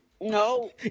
No